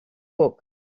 book